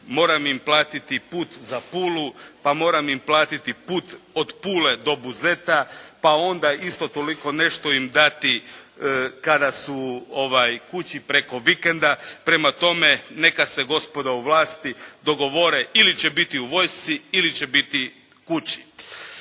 moram im platiti put za Pulu, pa moram im platiti put od Pule do Buzeta, pa onda isto toliko nešto im dati kada su kući preko vikenda. Prema tome, neka se gospoda u vlasti dogovore ili će biti u vojsci ili će biti kući.